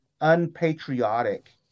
unpatriotic